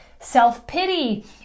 Self-pity